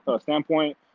standpoint